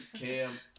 Cam